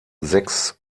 sechs